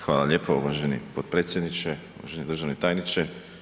Hvala lijepo uvaženi potpredsjedniče, uvaženi državni tajniče.